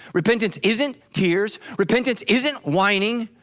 repentance isn't tears, repentance isn't whining.